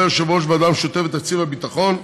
יושב-ראש הוועדה המשותפת לתקציב הביטחון.